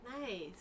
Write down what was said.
nice